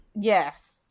Yes